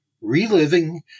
Reliving